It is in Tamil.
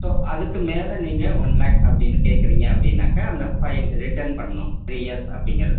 ஸோ அதற்கு மேலே நீங்கள் ஒன் லாக் அப்படின்னு கேட்குறீங்க அப்படின்னாக்க அந்த ஃபைல் ரிட்டர்ன் பண்ணனும் த்ரீ இயர்ஸ் அப்படிங்குறது